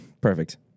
Perfect